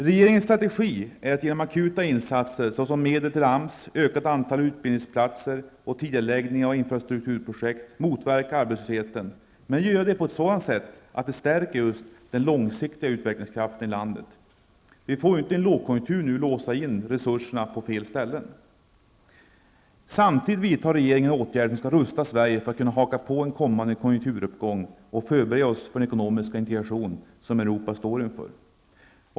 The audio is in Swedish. Regeringens strategi är att genom akuta insatser, så som medel till AMS, ökat antal utbildningsplatser och tidigareläggning av infrastrukturprojekt, motverka arbetslösheten men att göra det på sådant sätt att den långsiktiga utvecklingskraften i landet förstärks. Vi får inte nu i lågkonjunkturen låsa in resurserna på fel ställen. Samtidigt vidtar regeringen åtgärder som skall rusta Sverige för att kunna haka på en kommande konjunkturuppgång och förbereda oss för den ekonomiska integration som Europa står inför.